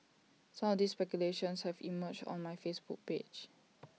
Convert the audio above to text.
some of these speculations have emerged on my Facebook page